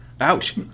Ouch